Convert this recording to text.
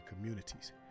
communities